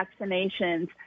vaccinations